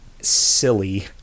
silly